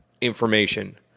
information